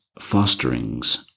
fosterings